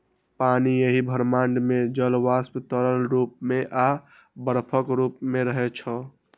पानि एहि ब्रह्मांड मे जल वाष्प, तरल रूप मे आ बर्फक रूप मे रहै छै